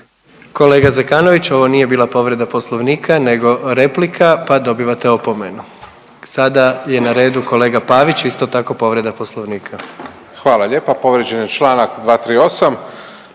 Kolega Zekanović, ovo nije bila povreda poslovnika nego replika, pa dobivate opomenu. Sada je na redu kolega Pavić, isto tako povreda poslovnika. **Pavić, Marko